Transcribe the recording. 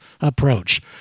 approach